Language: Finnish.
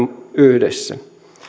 yhdessä